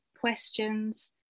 questions